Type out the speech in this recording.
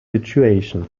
situation